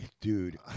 Dude